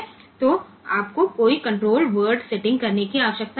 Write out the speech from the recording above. तो आपको कोई कण्ट्रोल वर्ड सेटिंग करने की आवश्यकता नहीं है